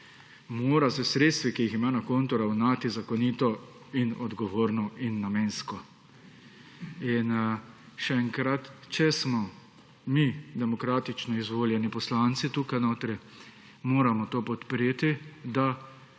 mora s sredstvi, ki jih ima na konto ravnati zakonito in odgovorno in namensko. Še enkrat, če smo mi demokratično izvoljeni poslanci tukaj notri moramo to podpreti, da